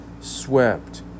swept